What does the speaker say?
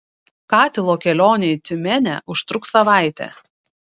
katilo kelionė į tiumenę užtruks savaitę